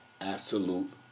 absolute